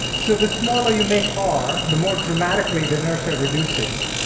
so the smaller you make r, the more dramatically the inertia reduces.